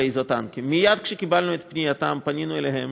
של האיזוטנקים מייד כשקיבלנו את פנייתם פנינו אליהם